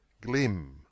glim